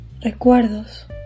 recuerdos